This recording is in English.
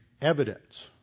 evidence